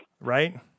Right